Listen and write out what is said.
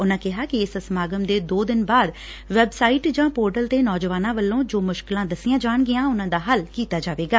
ਉਨੂਾ ਕਿਹਾ ਕਿ ਇਸ ਸਮਾਗਮ ਦੇ ਦੋ ਦਿਨ ਬਾਅਦ ਵੈਬਸਾਈਟ ਜਾ ਪੋਰਟਲ ਤੇ ਨੌਜਵਾਨਾਂ ਵੱਲੋ ਜੋ ਮੁਸਕਿਲਾਂ ਦਸੀਆਂ ਜਾਣਗੀਆਂ ਉਨ੍ਹਾਂ ਦਾ ਹੱਲ ਕੀਤਾ ਜਾਵੇਗਾ